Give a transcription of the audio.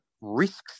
risks